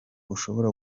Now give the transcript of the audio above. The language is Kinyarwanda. ushobora